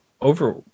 over